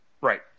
Right